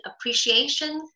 appreciation